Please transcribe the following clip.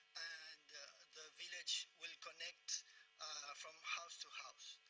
and the village will connect from house to house.